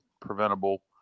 preventable